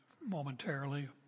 momentarily